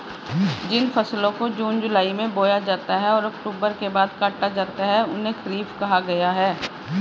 जिन फसलों को जून जुलाई में बोया जाता है और अक्टूबर के बाद काटा जाता है उन्हें खरीफ कहा गया है